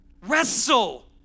Wrestle